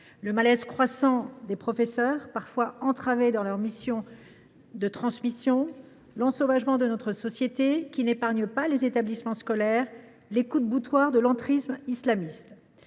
le malaise croissant des professeurs, qui sont parfois entravés dans leur mission de transmission, l’ensauvagement de notre société, qui n’épargne pas les établissements scolaires, les coups de boutoir de l’entrisme islamiste.